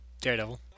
Daredevil